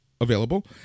available